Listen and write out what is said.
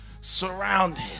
Surrounded